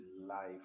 life